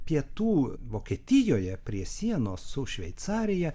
pietų vokietijoje prie sienos su šveicarija